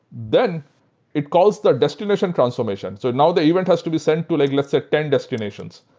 then it calls the destination transformation. so now the event has to be sent to like let's say ten destinations.